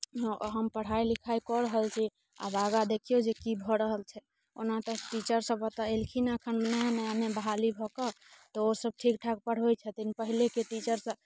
हम पढ़ाइ लिखाइ कऽ रहल छी आब आगाँ देखिऔ जे की भऽ रहल छै ओना तऽ टीचर सब एतऽ एलखिन एखन नया नयामे बहाली भऽ कऽ तऽ ओ सब ठीक ठाक पढ़बैत छथिन पहिलेके टीचरसँ